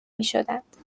میشدند